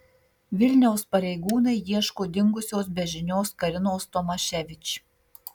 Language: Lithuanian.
vilniaus pareigūnai ieško dingusios be žinios karinos tomaševič